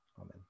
Amen